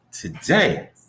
today